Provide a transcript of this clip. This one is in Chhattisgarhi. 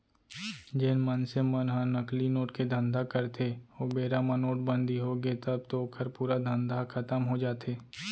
जेन मनसे मन ह नकली नोट के धंधा करथे ओ बेरा म नोटबंदी होगे तब तो ओखर पूरा धंधा ह खतम हो जाथे